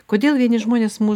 kodėl vieni žmonės mus